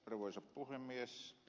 arvoisa puhemies